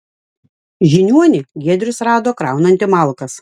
žiniuonį giedrius rado kraunantį malkas